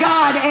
God